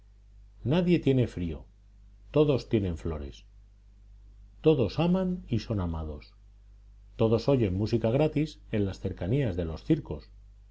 nadie tiene frío todos tienen flores todos aman y son amados todos oyen música gratis en las cercanías de los circos